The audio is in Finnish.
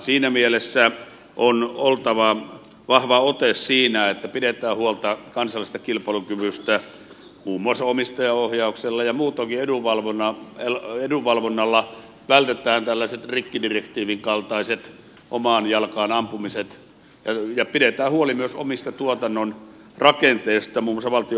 siinä mielessä on oltava vahva ote siinä että pidetään huolta kansallisesta kilpailukyvystä muun muassa omistajaohjauksella ja muutoinkin edunvalvonnalla vältetään tällaiset rikkidirektiivin kaltaiset omaan jalkaan ampumiset ja pidetään huoli myös omista tuotannon rakenteista muun muassa valtion omistajaohjauksessa